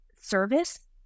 service